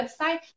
website